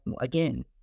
again